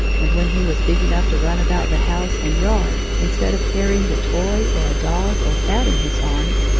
and when he was big enough to run about the house and yard, instead of carrying a toy or a dog or cat in his arms,